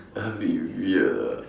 a bit weird ah